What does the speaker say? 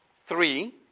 three